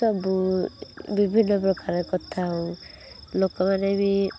ସବୁ ବିଭିନ୍ନ ପ୍ରକାର କଥା ହେଉ ଲୋକମାନେ ବି